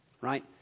Right